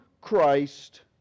Christ